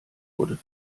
wurde